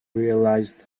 realized